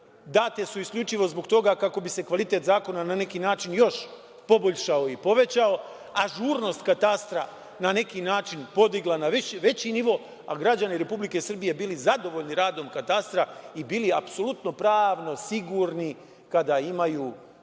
Date su isključivo zbog toga kako bi se kvalitet zakona na neki način još poboljšao i povećao, ažurnost Katastra na neki način podigla na veći nivo, a građani Republike Srbije bili zadovoljni radom Katastra i bili apsolutno pravno sigurni kada imaju potrebu